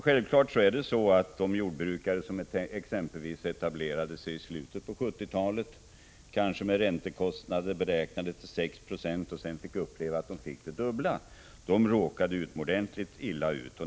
Självfallet är det så att de jordbrukare som exempelvis etablerade sig i slutet av 1970-talet, kanske med räntekostnader beräknade till 6 20, och sedan fick uppleva att räntorna blev dubbelt så höga, råkade utomordentligt illa ut.